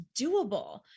doable